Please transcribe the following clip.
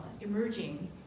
emerging